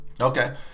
Okay